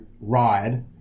ride